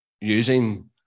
using